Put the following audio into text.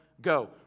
go